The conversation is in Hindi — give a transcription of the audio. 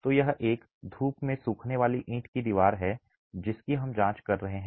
तो यह एक धूप में सूखने वाली ईंट की दीवार है जिसकी हम जांच कर रहे हैं